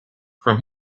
from